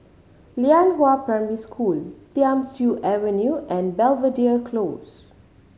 Lianhua Primary School Thiam Siew Avenue and Belvedere Close